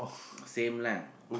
same lah